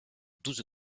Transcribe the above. douze